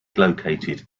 located